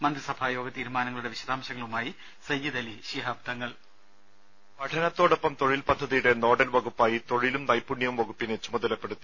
മന്ത്രിസഭായോഗ തീരുമാനങ്ങളുടെ വിശദാംശങ്ങളുമായി സയ്യിദ് അലി ഷിഹാബ് തങ്ങൾ വോയ്സ് ദുദ പഠനത്തോടൊപ്പം തൊഴിൽ പദ്ധതിയുടെ നോഡൽ വകുപ്പായി തൊഴിലും നൈപുണ്യവും വകുപ്പിനെ ചുമതലപ്പെടുത്തി